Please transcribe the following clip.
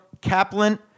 Kaplan